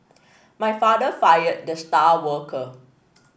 my father fired the star worker